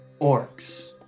Orcs